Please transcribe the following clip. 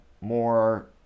more